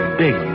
big